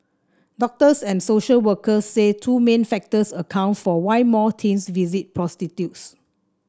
doctors and social workers say two main factors account for why more teens visit prostitutes